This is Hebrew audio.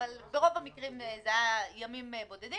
אבל ברוב המקרים זה היה ימים בודדים.